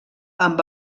amb